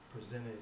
presented